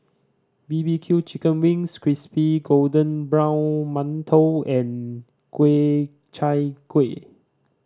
B B Q chicken wings crispy golden brown mantou and kue Chai Kuih